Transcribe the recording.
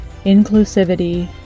inclusivity